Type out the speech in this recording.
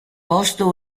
posto